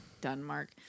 Denmark